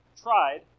tried